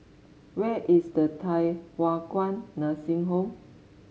where is the Thye Hua Kwan Nursing Home